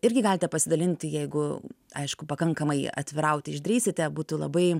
irgi galite pasidalinti jeigu aišku pakankamai atvirauti išdrįsite būtų labai